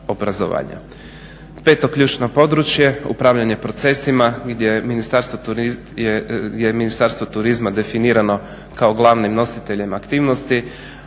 Peto ključno područje, upravljanje procesima gdje je Ministarstvo turizma definirano kao glavnim nositeljem aktivnosti,